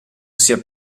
sia